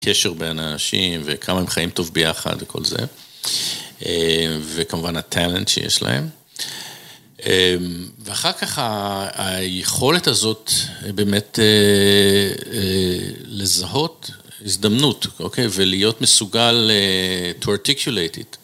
קשר בין אנשים, וכמה הם חיים טוב ביחד וכל זה, וכמובן הטלנט שיש להם. ואחר כך היכולת הזאת באמת לזהות הזדמנות, אוקיי, ולהיות מסוגל to articulate it.